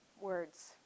words